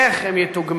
איך הם יתוגמלו,